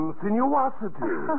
sinuosity